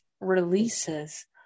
releases